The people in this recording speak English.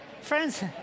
Friends